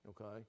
okay